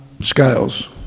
scales